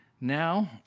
now